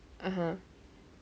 (uh huh)